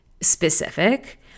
specific